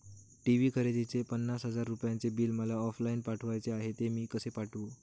TV खरेदीचे पन्नास हजार रुपयांचे बिल मला ऑफलाईन पाठवायचे आहे, ते मी कसे पाठवू?